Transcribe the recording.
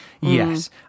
Yes